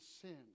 sin